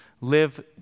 live